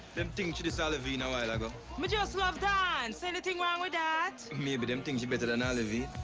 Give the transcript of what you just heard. them think she dis olivine awhile ago. me just love dance. anything wrong with that? maybe them think she better than olivine.